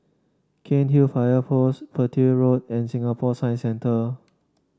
Cairnhill Fire Post Petir Road and Singapore Science Centre